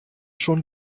schon